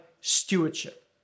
stewardship